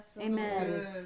Amen